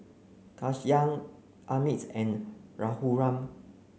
Ghanshyam Amit and Raghuram